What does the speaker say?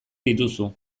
dituzu